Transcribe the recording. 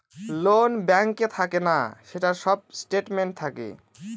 loan ব্যাঙ্কে থাকে না, সেটার সব স্টেটমেন্ট থাকে